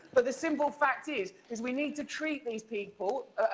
but the simple fact is, is we need to treat these people,